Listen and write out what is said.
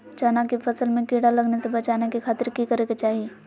चना की फसल में कीड़ा लगने से बचाने के खातिर की करे के चाही?